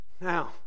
Now